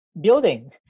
building